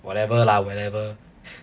whatever lah whatever